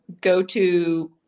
go-to